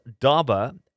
Daba